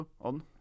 on